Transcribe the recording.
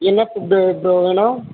என்ன food bro வேணும்